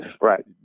right